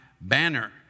banner